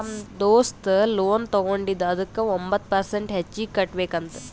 ನಮ್ ದೋಸ್ತ ಲೋನ್ ತಗೊಂಡಿದ ಅದುಕ್ಕ ಒಂಬತ್ ಪರ್ಸೆಂಟ್ ಹೆಚ್ಚಿಗ್ ಕಟ್ಬೇಕ್ ಅಂತ್